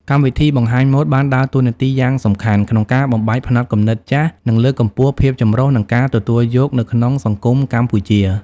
កម្មវិធីបង្ហាញម៉ូដបានដើរតួនាទីយ៉ាងសំខាន់ក្នុងការបំបែកផ្នត់គំនិតចាស់ និងលើកកម្ពស់ ភាពចម្រុះ និង ការទទួលយក នៅក្នុងសង្គមកម្ពុជា។